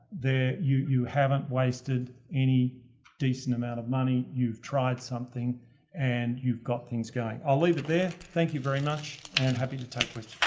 the you, you haven't wasted any decent amount of money. you've tried something and you've got things going. i'll leave it there. thank you very much and happy to take